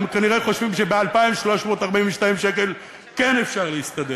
הם, כנראה, חושבים שב-2,342 שקל כן אפשר להסתדר.